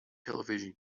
television